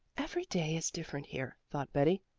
every day is different here, thought betty,